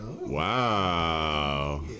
Wow